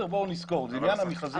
בואו נזכור, לעניין המכרזים בלבד.